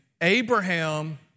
Abraham